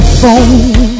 phone